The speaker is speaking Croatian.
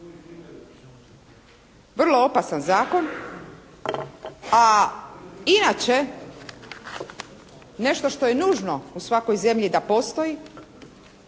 vrlo opasan zakon, a inače nešto što je nužno da u svakoj zemlji postoji